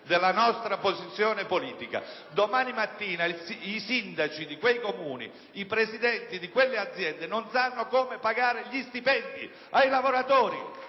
della nostra posizione politica. Domani mattina i sindaci di quei Comuni e i presidenti di quelle aziende non sapranno come pagare gli stipendi ai lavoratori!